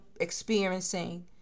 experiencing